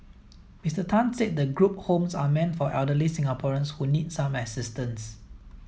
Mister Tan said the group homes are meant for elderly Singaporeans who need some assistance